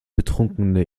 betrunkene